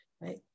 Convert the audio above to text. right